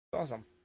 Awesome